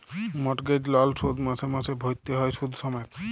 mortgage লল শোধ মাসে মাসে ভ্যইরতে হ্যয় সুদ সমেত